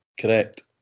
Correct